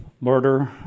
Murder